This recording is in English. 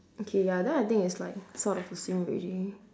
okay ya then I think it's like sort of already